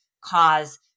cause